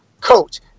coach